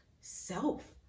self